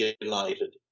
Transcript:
United